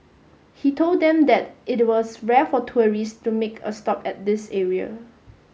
he told them that it was rare for tourists to make a stop at this area